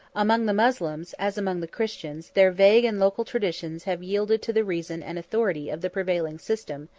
among the moslems, as among the christians, their vague and local traditions have yielded to the reason and authority of the prevailing system,